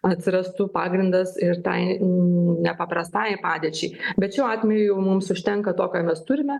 atsirastų pagrindas ir tai nepaprastajai padėčiai bet šiuo atveju mums užtenka to ką mes turime